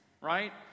right